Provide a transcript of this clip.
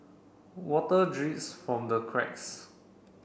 water drips from the cracks